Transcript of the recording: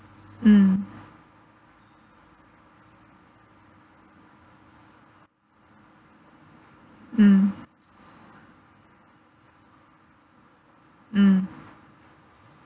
mm mm mm